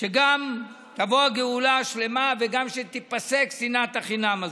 שגם תבוא הגאולה השלמה וגם שתיפסק שנאת החינם הזאת.